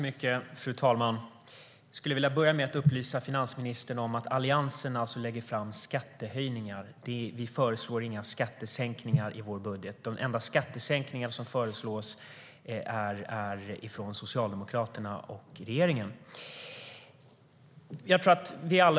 Fru talman! Jag skulle vilja börja med att upplysa finansministern om att Alliansen lägger fram förslag om skattehöjningar. Vi föreslår inga skattesänkningar i vår budget. De enda skattesänkningar som föreslås är från Socialdemokraterna och regeringen.